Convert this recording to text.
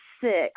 six